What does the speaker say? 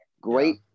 Great